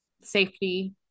safety